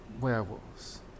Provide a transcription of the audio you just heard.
Werewolves